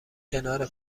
کنار